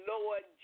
Lord